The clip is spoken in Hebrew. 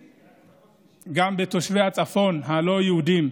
גם את תושבי הצפון הלא-יהודים,